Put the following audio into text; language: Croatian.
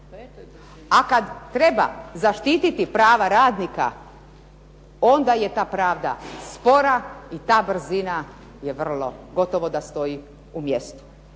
A kad treba zaštititi prava radnika onda je ta pravda spora i ta brzina gotovo da stoji u mjestu.